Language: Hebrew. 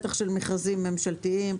בטח של מכרזים ממשלתיים.